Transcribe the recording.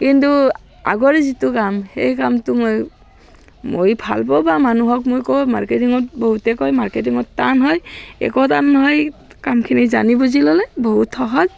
কিন্তু আগৰ যিটো কাম সেই কামটো মই মই ভাল পাওঁ বা মানুহক মই কওঁ মাৰ্কেটিঙত বহুতে কয় টান বুলি একো টান নহয় কামখিনি জানি বুজি ল'লে বহুত সহজ